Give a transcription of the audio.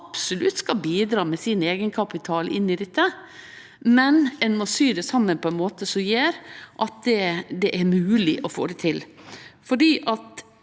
skal absolutt bidra med sin eigenkapital inn i dette, men ein må sy det saman på måtar som gjer at det er mogleg å få det til.